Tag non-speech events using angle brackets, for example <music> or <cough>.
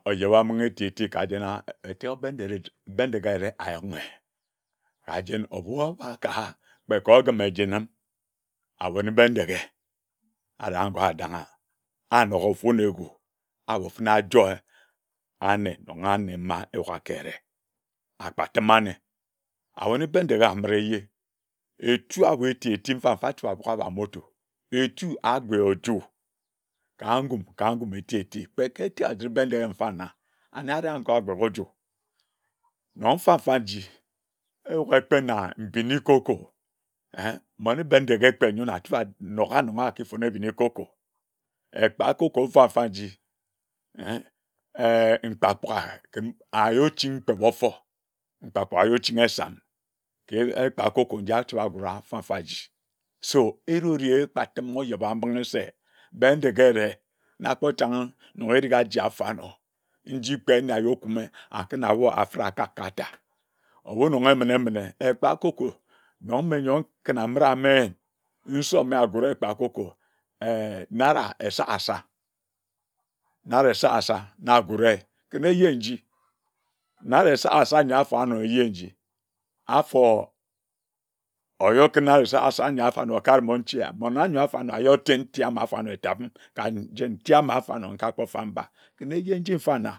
Ojebambinghe eti eti ka jena ete Benderiji Bendeghe areh ayonghe kajen obuoba ka kpe kor ogim ejenim abone Bendeghe areh agor adanga anoka ofu na egu abor fene ajoer anne nagha anne ma atungha kereh akpatima anne. abone Bendeghe abira ejeh etu abor etieti mfamfa atuk abik oba motor etu agbe oju ka ngum ka ngum eti eti, kpe ke etek aji Bendeghe mfana anne areh afor agbek oju, nyor mfa mfa nji eyuk kpe na mbini cocoa ehn mmene Bendeghe kpe nyon atuka anoka noka akifon ebini cocoa, ekpa cocoa mfa mfa joi ehn ehnnn mkpakpiga kin ayochin mkpik ofor mkpakpiga ayochin esam ke ekpa cocoa nji achiba agura mfamfa nji so erore ekpatim ojebambinghi se Bendeghe ereh na akpotangha nyor eriga ajia afanor nji kpe nne agiakume akune awu afid akak ka ata oreomine emine emine eka cocoa nyor mme nyor ken abid ameyin nsoma agura ekpa cocoa <hesitation> naira esakasa naira esakasa na gure ken eje nji naira esakasa na afonor eje nji naira esakasa na afonor eje nji afor oyor kina naira esakasa okare mmon nchea mmon anyor afan oyor ten ntia mafan etabim ka jen nti ama afanor nkakpo fab mba ken eje nji fana